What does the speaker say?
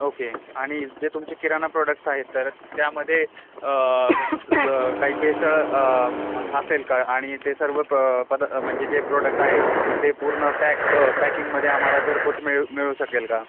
okay आणि जे तुमचे किराणा प्रोडक्टस आहेत तर त्यामध्ये काही भेसळ असेल का आणि ते सर्व प पद म्हणजे जे प्रोडक्ट आहे ते पूर्ण पॅक पॅकिंगमध्ये आम्हाला घरपोच मिळू मिळू शकेल का